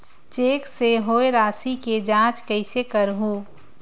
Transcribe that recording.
Cheque से होए राशि के जांच कइसे करहु?